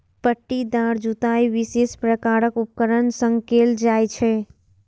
पट्टीदार जुताइ विशेष प्रकारक उपकरण सं कैल जाइ छै